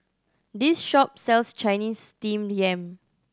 this shop sells Chinese Steamed Yam